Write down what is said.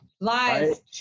Lies